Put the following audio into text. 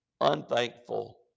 unthankful